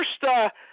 First